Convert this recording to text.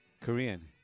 Korean